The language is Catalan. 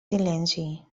silenci